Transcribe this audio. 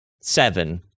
Seven